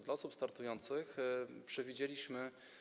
Dla osób startujących przewidzieliśmy.